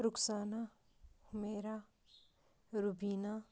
Ruksana Humaira Rubina